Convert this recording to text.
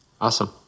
Awesome